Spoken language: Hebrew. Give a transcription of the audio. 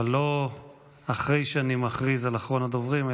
אבל לא אחרי שאני מכריז על אחרון הדוברים,